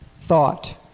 thought